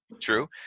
true